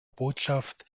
botschaft